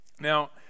Now